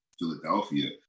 Philadelphia